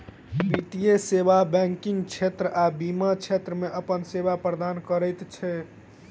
वित्तीय सेवा बैंकिग क्षेत्र आ बीमा क्षेत्र मे अपन सेवा प्रदान करैत छै